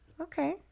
Okay